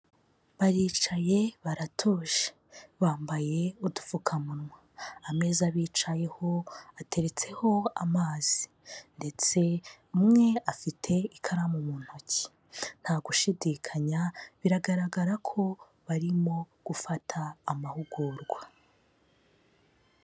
Baricaye baratuje, bambaye udupfukamunwa, ameza bicayeho ateretseho amazi ndetse umwe afite ikaramu mu ntoki, Ntagushidikanya biragaragara ko barimo gufata amahugurwa.